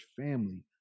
family